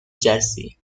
jersey